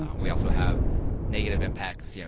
we also have negative impacts, yeah